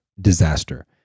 disaster